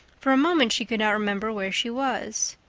for a moment she could not remember where she was.